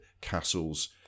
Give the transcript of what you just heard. castles